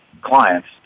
clients